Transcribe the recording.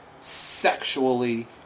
sexually